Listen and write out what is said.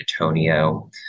Antonio